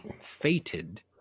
fated